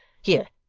here,